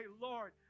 Lord